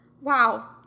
wow